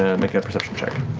ah make a perception check.